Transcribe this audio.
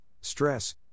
stress